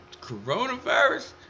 coronavirus